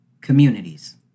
Communities